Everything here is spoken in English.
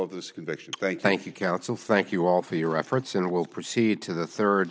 of this conviction thank thank you counsel thank you all for your efforts and we'll proceed to the third